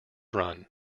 run